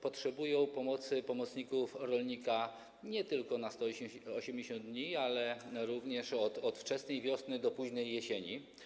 Potrzebują pomocy pomocników rolnika nie tylko na 180 dni, ale od wczesnej wiosny do później jesieni.